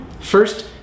First